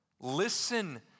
listen